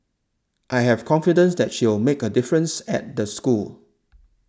I have confidence that she'll make a difference at the school